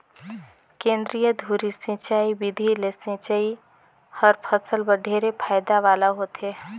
केंद्रीय धुरी सिंचई बिधि ले सिंचई हर फसल बर ढेरे फायदा वाला होथे